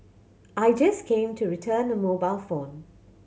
I just came to return a mobile phone